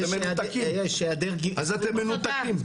אז אתם מנותקים.